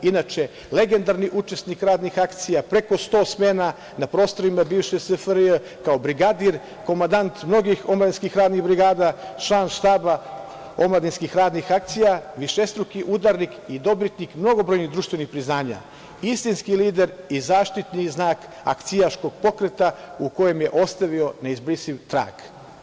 Inače, legendarni je učesnik radnih akcija, preko smena na prostorima bivše SFRJ kao brigadir, komandant mnogih omladinskih radnih brigada, član štaba omladinskih radnih akcija, višestruki udarnik i dobitnik mnogobrojnih društvenih priznanja, istinski lider i zaštitni znak akcijaškog pokreta u kojem je ostavio neizbrisiv trag.